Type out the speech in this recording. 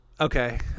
Okay